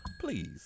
please